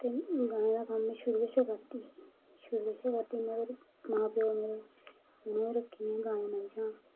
ते गाईं दा कम्म आ'ऊं शुरू कशा करदी ही शुरू कशा करदी ही मतलब मां प्यो ने रक्खी दियां हियां मंजा